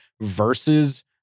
versus